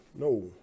no